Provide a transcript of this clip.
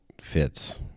fits